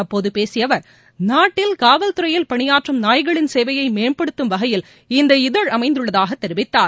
அப்போது பேசிய அவர் நாட்டில் காவல்துறையில் பணியாற்றும் நாய்களின் சேவையை மேம்படுத்தும் வகையில் இந்த இதழ் அமைந்துள்ளதாக தெரிவித்தார்